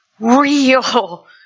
real